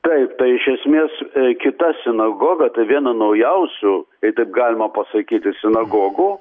taip tai iš esmės kita sinagoga tai viena naujausių jei taip galima pasakyti sinagogų